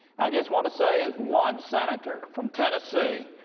i just want to say as one senator from tennessee,